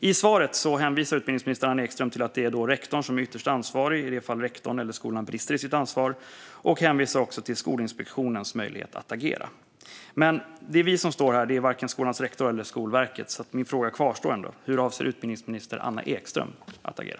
I svaret hänvisar utbildningsminister Anna Ekström till att det är rektorn som är ytterst ansvarig i det fall rektorn eller skolan brister i sitt ansvar. Hon hänvisar också till Skolinspektionens möjlighet att agera. Men det är vi som står här, varken skolans rektor eller Skolverket, så min fråga kvarstår: Hur avser utbildningsminister Anna Ekström att agera?